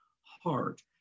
heart